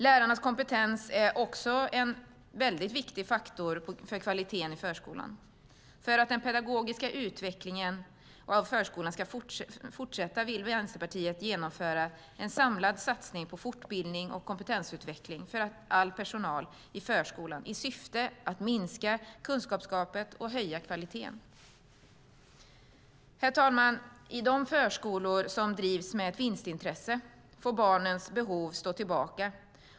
Lärarnas kompetens är en viktig faktor för kvaliteten i förskolan. För att den pedagogiska utvecklingen av förskolan ska fortsätta vill Vänsterpartiet genomföra en samlad satsning på fortbildning och kompetensutveckling för all personal i förskolan i syfte att minska kunskapsgapet och höja kvaliteten. Herr talman! I de förskolor som drivs med ett vinstintresse får barnens behov stå tillbaka.